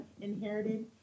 inherited